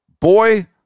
boy